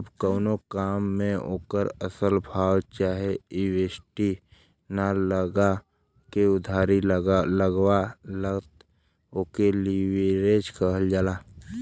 जब कउनो काम मे ओकर असल भाव चाहे इक्विटी ना लगा के उधारी लगला त ओके लीवरेज कहल जाला